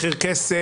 מחיר כסף,